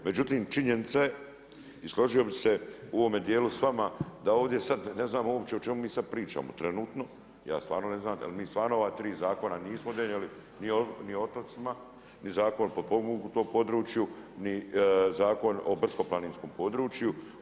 Međutim činjenica je i složio bi se u ovome djelu s vama da ovdje sada ne znam uopće o čemu mi sada pričamo trenutno, ja stvarno ne znam je li mi stvarno ova tri zakona nismo donijeli ni o otocima, ni Zakon o potpomognutom području ni Zakon o brdsko-planinskom području.